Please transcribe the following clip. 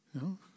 No